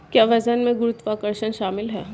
क्या वजन में गुरुत्वाकर्षण शामिल है?